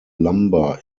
lumber